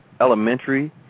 elementary